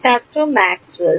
ছাত্র ম্যাক্সওয়েলস